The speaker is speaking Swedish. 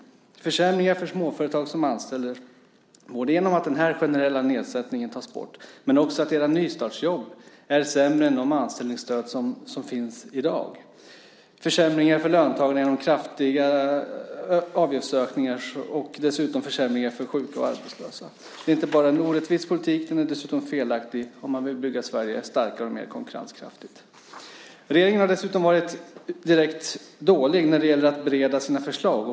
Det är försämringar för småföretagare som anställer både genom att den generella nedsättningen tas bort och genom att era nystartsjobb är sämre än de anställningsstöd som finns i dag. Det är försämringar för löntagarna genom kraftiga avgiftsökningar och försämringar för sjuka och arbetslösa. Det är inte bara en orättvis politik. Den är dessutom felaktig om man vill bygga Sverige starkare och mer konkurrenskraftigt. Regeringen har dessutom varit direkt dålig när det gäller att bereda sina förslag.